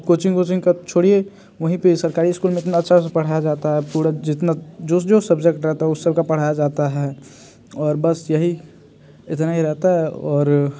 coaching वोचिंग का छोड़िए वहीं पे सरकारी इस्कूल में अपना अच्छा से पढ़ाया जाता है पूरा जितना जो जो सब्जेक्ट रहता है उस सबका पढ़ाया जाता है और बस यही इतना ही रहता है और